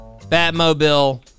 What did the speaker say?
Batmobile